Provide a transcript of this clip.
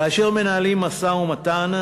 כאשר מנהלים משא-ומתן,